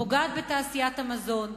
פוגעת בתעשיית המזון,